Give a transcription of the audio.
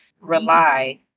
rely